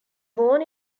born